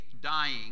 dying